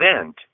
event